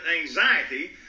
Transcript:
anxiety